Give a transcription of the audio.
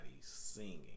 singing